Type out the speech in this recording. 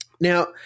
Now